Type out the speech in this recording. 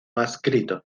adscrito